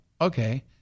okay